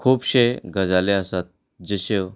खुबशे गजाली आसात जश्यो